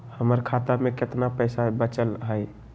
हमर खाता में केतना पैसा बचल हई?